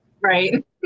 right